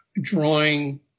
drawing